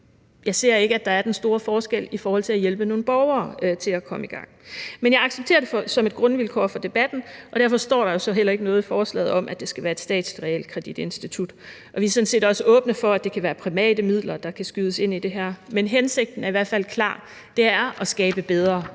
Jeg ser ikke, at der er den store forskel i forhold til at hjælpe nogle borgere til at komme i gang. Men jeg accepterer det som et grundvilkår for debatten, og derfor står der jo så heller ikke noget i forslaget om, at det skal være et statsligt realkreditinstitut. Vi er sådan set også åbne over for, at det kan være private midler, der kan skydes ind i det her. Men hensigten er i hvert fald klar, og den er at skabe bedre